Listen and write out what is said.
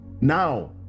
now